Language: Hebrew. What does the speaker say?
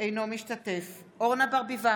אינו משתתף בהצבעה אורנה ברביבאי,